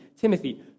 Timothy